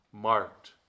marked